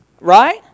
Right